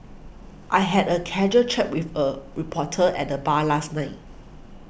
I had a casual chat with a reporter at the bar last night